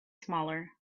smaller